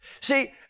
See